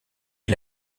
est